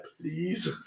please